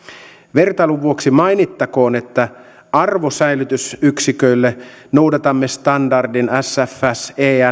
vertailun vuoksi mainittakoon että arvosäilytysyksiköille noudatamme standardin sfs en